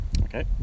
Okay